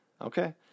Okay